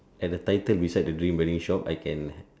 at title beside the dream wedding shop I can